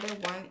one